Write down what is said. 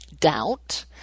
Doubt